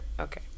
Okay